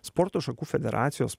sporto šakų federacijos